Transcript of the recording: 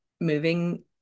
moving